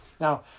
Now